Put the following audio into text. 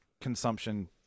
consumption